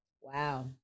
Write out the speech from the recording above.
Wow